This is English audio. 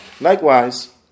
Likewise